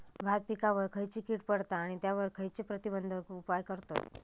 भात पिकांवर खैयची कीड पडता आणि त्यावर खैयचे प्रतिबंधक उपाय करतत?